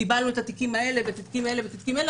קיבלנו את התיקים האלה אות התיקים האלה ואת התיקים האלה,